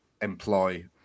employ